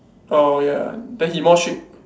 orh ya then he more strict